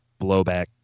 blowback